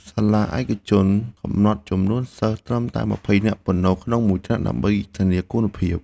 សាលាឯកជនកំណត់ចំនួនសិស្សត្រឹមតែ ២០ នាក់ប៉ុណ្ណោះក្នុងមួយថ្នាក់ដើម្បីធានាគុណភាព។